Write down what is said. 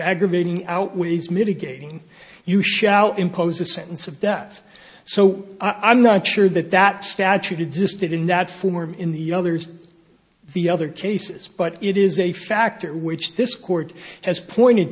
aggravating outweighs mitigating you shall impose a sentence of death so i'm not sure that that statute existed in that form in the others the other cases but it is a factor which this court has pointed